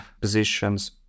positions